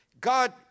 God